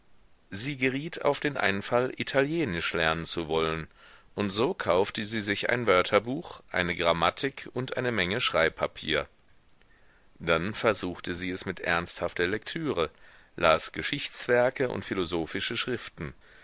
sie geriet auf den einfall italienisch lernen zu wollen und so kaufte sie sich ein wörterbuch eine grammatik und eine menge schreibpapier dann versuchte sie es mit ernsthafter lektüre las geschichtswerke und philosophische schriften